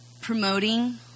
promoting